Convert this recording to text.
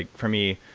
ah for me,